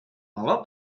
meló